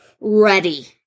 ready